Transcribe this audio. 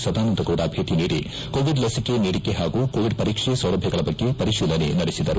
ಸದಾನಂದಗೌಡ ಭೇಟ ನೀಡಿ ಕೋವಿಡ್ ಲಸಿಕೆ ನೀಡಿಕೆ ಹಾಗೂ ಕೋವಿಡ್ ಪರೀಕ್ಷೆ ಸೌಲಭ್ಯಗಳ ಬಗ್ಗೆ ಪರಿಶೀಲನೆ ನಡೆಸಿದರು